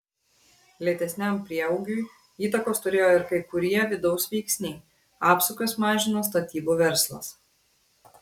lėtesniam prieaugiui įtakos turėjo ir kai kurie vidaus veiksniai apsukas mažino statybų verslas